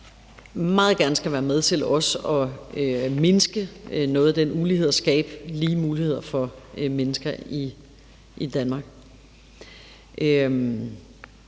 meget gerne skal være med til også at mindske noget af den ulighed og skabe lige muligheder for mennesker i Danmark.